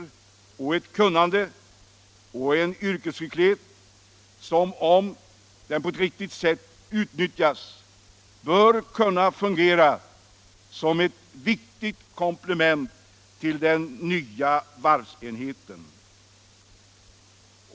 Om man på ett riktigt sätt utnyttjar det kunnande och den yrkesskicklighet som finns där, bör den kunna fungera som ett viktigt komplement till den nya varvsenheten.